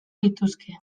lituzke